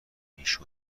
میشد